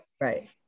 Right